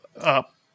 up